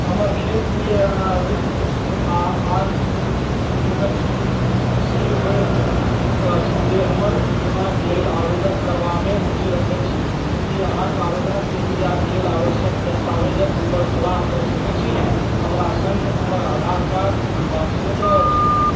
हमर खेत प्रिय अनावृषष्ठि आओर आगि अति संवेदनशील शील होइत अछि जे हमर बीमाक लेल आवेदक करबामे रूचि रखय छी की अहाँक आवेदनक प्रक्रियाके लेल आवश्यक दस्तावेजक पर सलाह दऽ सकय छी हमरा सङ्ग हमर आधार कार्ड आओर पासपोर्ट अछि